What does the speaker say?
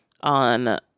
On